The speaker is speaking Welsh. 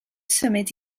symud